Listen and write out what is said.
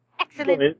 Excellent